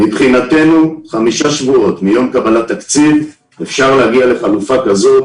מבחינתנו 5 שבועות מיום קבלת תקציב אפשר להגיע לחלופה כזאת,